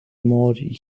maud